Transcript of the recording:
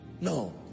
no